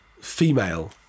female